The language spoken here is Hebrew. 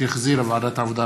שהחזירה ועדת העבודה,